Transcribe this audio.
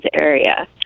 area